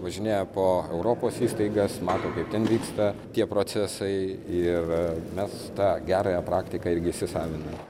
važinėja po europos įstaigas mato kaip ten vyksta tie procesai ir mes tą gerąją praktiką irgi įsisaviname